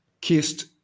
kissed